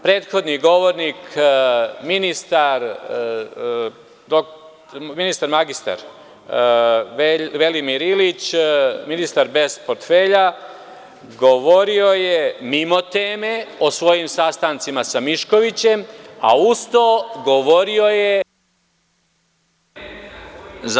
Prethodni govornik, ministar mr Velimir Ilić, ministar bez portfelja govorio je mimo teme o svojim sastancima sa Miškovićem, a uz to govorio je mimo vremena…